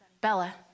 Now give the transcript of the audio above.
Bella